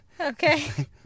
okay